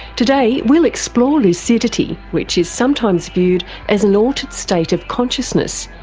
today we'll explore lucidity, which is sometimes viewed as an altered state of consciousness,